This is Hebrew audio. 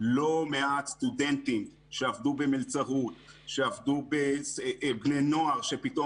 ולא מעט סטודנטים שעבדו במלצרות ובני נוער שפתאום